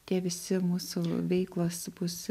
tie visi mūsų veiklos bus